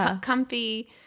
comfy